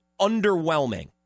underwhelming